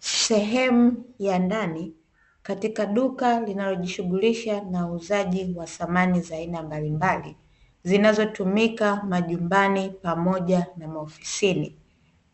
Sehemu ya ndani, katika duka linalojishughulisha na uuzaji wa samani za aina mbalimbali, zinazotumika majumbani pamoja na maofisini,